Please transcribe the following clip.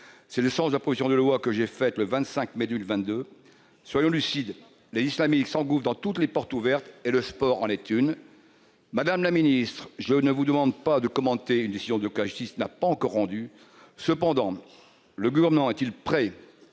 est le sens de la proposition de loi que j'ai déposée le 25 mai 2022. Soyons lucides : les islamistes s'engouffrent dans toutes les portes ouvertes, et le sport en est une. Madame la ministre, je ne vous demande pas de commenter une décision que la justice n'a pas encore rendue. Cependant, le Gouvernement est-il prêt à